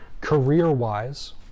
career-wise